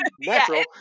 natural